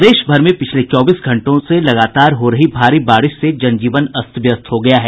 प्रदेश भर में पिछले चौबीस घंटों से लगातार हो रही भारी बारिश से जनजीवन अस्त व्यस्त हो गया है